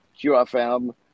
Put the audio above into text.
QFM